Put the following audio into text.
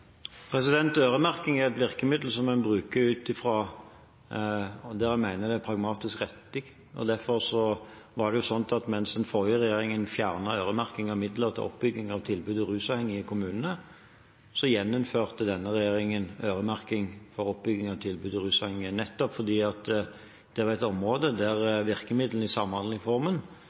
Øremerking er et virkemiddel som en bruker der en mener det er pragmatisk riktig. Mens den forrige regjeringen fjernet øremerking av midler til oppbygging av tilbud til rusavhengige i kommunene, så gjeninnførte denne regjeringen øremerking til oppbygging av tilbud til rusavhengige – nettopp fordi dette var et område der